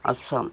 Assam